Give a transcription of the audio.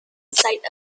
site